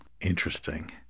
Interesting